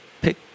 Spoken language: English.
pick